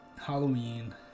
halloween